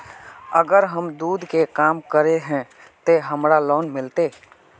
अगर हम दूध के काम करे है ते हमरा लोन मिलते?